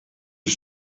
die